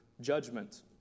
judgment